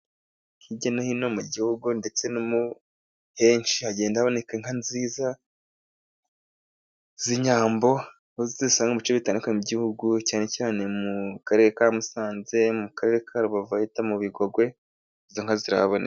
Hirya no hino mu gihugu ndetse na henshi, hagenda haboneka inka nziza z'inyambo aho tuzisanga mu bice bitandukanye by'igihugu, cyane cyane mu karere ka Musanze mu karere ka Rubavu, aho bita mu Bigogwe izo nka zirabonehaka.